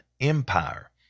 Empire